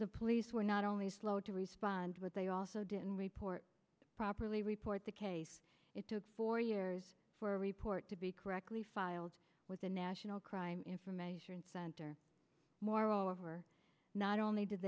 the police were not only slow to respond with they also didn't report properly report the case it took four years for a report to be correctly filed with the national crime information center moreover not only did